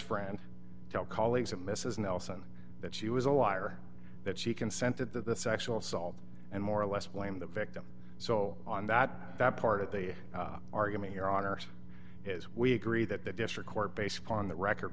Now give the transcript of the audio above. friend tell colleagues that mrs nelson that she was a liar that she consented to the sexual assault and more or less blame the victim so on that that part of the argument here on earth is we agree that the district court based on the record